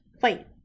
fight